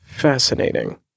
fascinating